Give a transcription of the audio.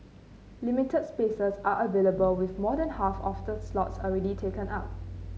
limited spaces are available with more than half of the slots already taken up